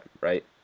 right